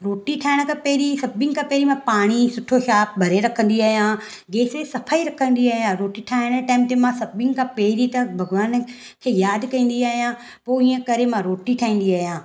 रोटी ठाहिन खां पहिरीं सभिनि खां पहिरीं मां पाणी सुठो साफ भरे रखंदी आहियां गैस वैस सफा ई रखंदी आहियां रोटी ठाहिण खां सभिनि खां पहिरीं त भॻवान खे यादि कंदी आहियां पोइ ईअं करे मां रोटी ठाहींदी आहियां